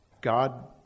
God